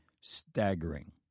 staggering